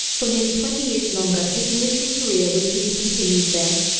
for nearly twenty years longer his military career was to be continued there,